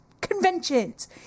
conventions